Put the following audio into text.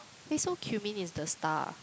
wait so cumin is the star ah